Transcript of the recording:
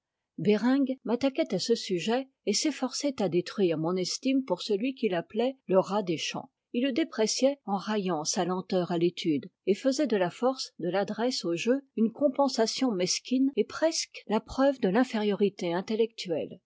bereng m'attaquait à ce sujet et s'efforçait à détruire mon estime pour celui qu'il appelait le rat des champs il le dépréciait en raillant sa lenteur à l'étude et faisait de la force de l'adresse au jeu une compensation mesquine et presque la preuve de l'infériorité intellectuelle